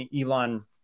Elon